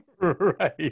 Right